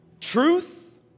Truth